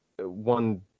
one